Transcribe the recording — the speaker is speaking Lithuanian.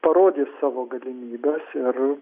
parodys savo galimybes ir